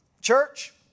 church